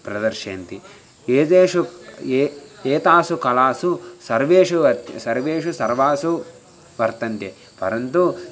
प्रदर्शयन्ति एतेषु एतासु एतासु कलासु सर्वेषु अस्ति सर्वेषु सर्वासु वर्तन्ते परन्तु